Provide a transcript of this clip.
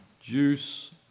juice